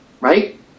right